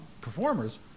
performers